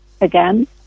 again